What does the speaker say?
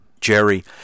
Jerry